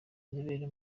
inzobere